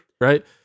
Right